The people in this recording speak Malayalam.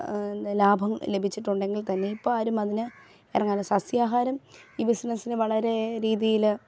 ലാഭം ലഭിച്ചിട്ടുണ്ടെങ്കിൽ തന്നെ ഇപ്പം ആരും അതിന് ഇറങ്ങാറില്ല സസ്യാഹാരം ഈ ബിസിനസ്സിന് വളരെ രീതിയില്